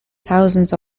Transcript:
thousands